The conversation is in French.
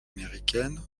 américaine